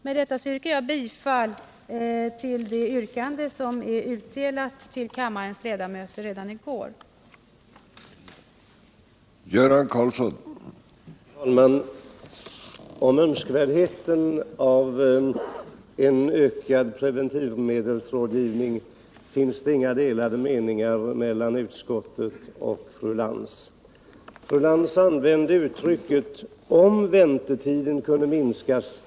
Med det anförda hemställer jag om bifall till det yrkande, som är utdelat till kammarens ledamöter och som har följande lydelse: att riksdagen med anledning av motionen 1976/77:137 hos regeringen anhåller att den arbetsgrupp som skall kartlägga verksamheten med pre ventivmedelsrådgivning hos sjukvårdshuvudmännen får i uppdrag att utvidga denna kartläggning enligt de i motionen angivna riktlinjerna.